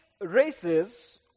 races